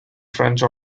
french